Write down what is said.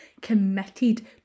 committed